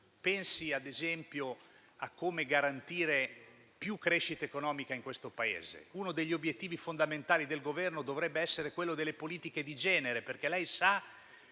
pensi ad esempio a come garantire più crescita economica in questo Paese. Uno degli obiettivi fondamentali del Governo dovrebbe essere quello delle politiche di genere, perché lei sa